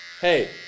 Hey